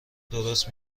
درست